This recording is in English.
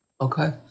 okay